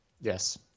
Yes